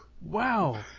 Wow